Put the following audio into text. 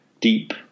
deep